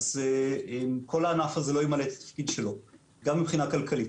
אז כל הענף הזה לא ימלא את התפקיד שלו גם מבחינה כלכלית.